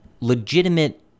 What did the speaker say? legitimate